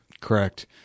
Correct